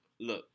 look